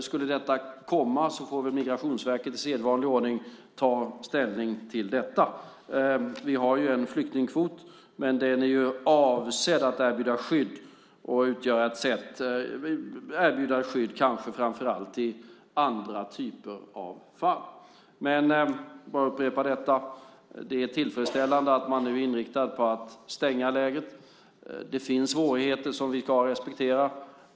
Skulle det komma får Migrationsverket i sedvanlig ordning ta ställning till detta. Vi har en flyktingkvot, men den är kanske framför allt avsedd att erbjuda skydd till andra typer av fall. Låt mig upprepa att det är tillfredsställande att man nu är inriktad på att stänga lägret. Det finns svårigheter som vi ska respektera.